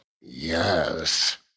Yes